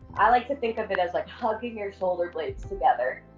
i like to think of it as like hugging your shoulder blades together.